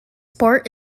sport